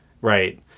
Right